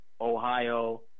Ohio